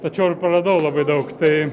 tačiau ir praradau labai daug tai